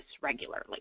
regularly